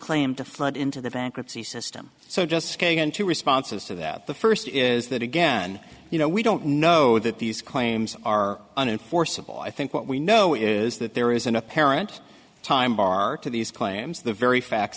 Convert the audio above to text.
claim to flood into the bankruptcy system so just going into responses to that the first is that again you know we don't know that these claims are an inforce of all i think what we know is that there is an apparent time bar to these claims the very fact